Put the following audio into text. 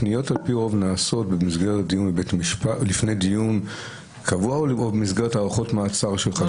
הפניות על פי רוב נעשות לפני דיון קבוע או במסגרת הארכות המעצר של חשוד?